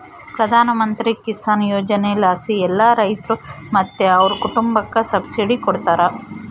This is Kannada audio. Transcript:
ಪ್ರಧಾನಮಂತ್ರಿ ಕಿಸಾನ್ ಯೋಜನೆಲಾಸಿ ಎಲ್ಲಾ ರೈತ್ರು ಮತ್ತೆ ಅವ್ರ್ ಕುಟುಂಬುಕ್ಕ ಸಬ್ಸಿಡಿ ಕೊಡ್ತಾರ